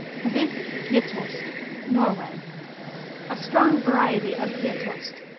hvid gjetost norway a strong variety of gjetost,